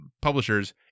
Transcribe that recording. publishers